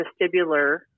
vestibular